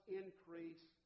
increase